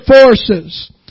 forces